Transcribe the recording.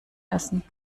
essen